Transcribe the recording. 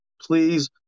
please